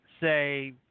say